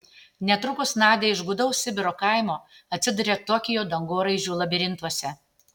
netrukus nadia iš gūdaus sibiro kaimo atsiduria tokijo dangoraižių labirintuose